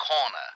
Corner